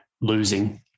losing